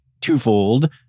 twofold